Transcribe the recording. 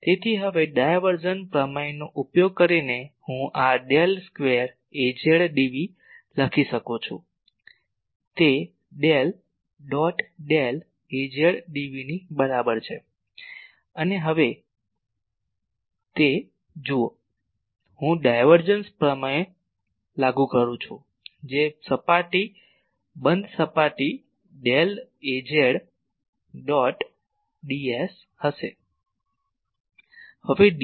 તેથી હવે ડાયવર્ઝન પ્રમેયનો ઉપયોગ કરીને હું આ ડેલ સ્ક્વેર Az dv લખી શકું છું તે del dot del Az dv નીબરાબર છે અને તે હવે જો હું ડાયવર્જન્સ પ્રમેય લાગુ કરું છું જે સપાટી બંધ સપાટી ડેલ Az ડોટ ds હશે